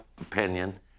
opinion